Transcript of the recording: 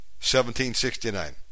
1769